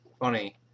Funny